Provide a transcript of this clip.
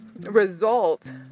result